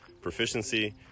proficiency